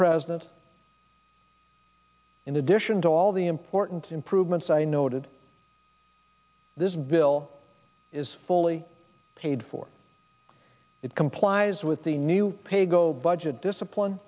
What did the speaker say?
president in addition to all the important improvements i noted this bill is fully paid for it complies with the new pay go budget discipline